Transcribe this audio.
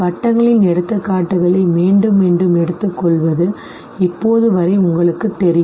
வட்டங்களின் எடுத்துக்காட்டுகளை மீண்டும் மீண்டும் எடுத்துக்கொள்வது இப்போது வரை உங்களுக்குத் தெரியும்